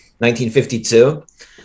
1952